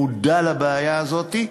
שמודע לבעיה הזאת,